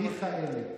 מלכיאלי?